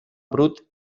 brut